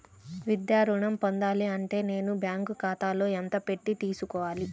విద్యా ఋణం పొందాలి అంటే నేను బ్యాంకు ఖాతాలో ఎంత పెట్టి తీసుకోవాలి?